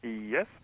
Yes